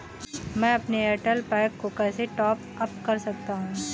मैं अपने एयरटेल पैक को कैसे टॉप अप कर सकता हूँ?